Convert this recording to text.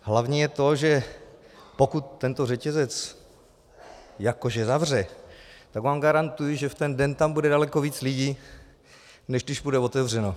Hlavní je to, že pokud tento řetězec jako že zavře, tak vám garantuji, že v ten den tam bude daleko více lidí, než když bude otevřeno.